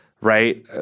right